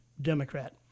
Democrat